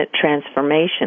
transformation